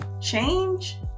change